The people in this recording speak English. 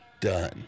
done